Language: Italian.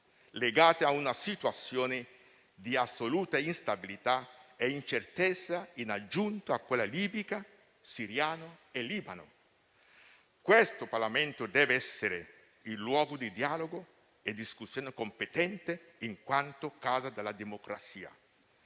legati a una situazione di assoluta instabilità e incertezza, in aggiunta a quelle libica, siriana e libanese. Il Parlamento deve essere il luogo di dialogo e discussione competente in quanto casa della democrazia.